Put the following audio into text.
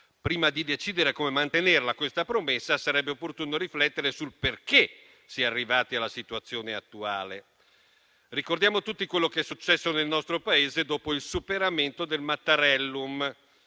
Prima di decidere come mantenere questa promessa, sarebbe opportuno riflettere sul perché si è arrivati alla situazione attuale. Ricordiamo tutti quello che è successo nel nostro Paese dopo il superamento del Mattarellum,